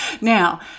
Now